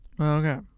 Okay